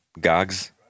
Gogs